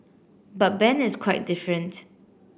but Ben is quite different